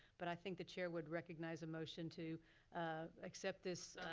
but i think the chair would recognize a motion to accept this